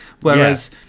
Whereas